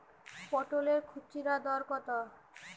পটলের খুচরা দর কত?